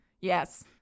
Yes